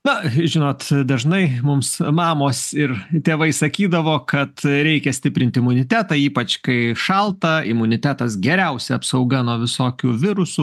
na žinot dažnai mums mamos ir tėvai sakydavo kad reikia stiprint imunitetą ypač kai šalta imunitetas geriausia apsauga nuo visokių virusų